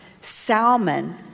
Salmon